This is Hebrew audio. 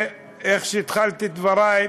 וכפי שהתחלתי את דברי,